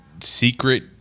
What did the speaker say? secret